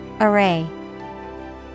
Array